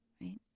right